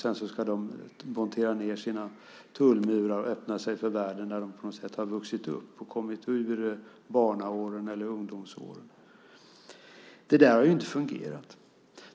Sedan ska de montera ned sina tullmurar och öppna sig för världen när de på något sätt har vuxit upp och kommit ur barnaåren eller ungdomsåren. Det där har inte fungerat.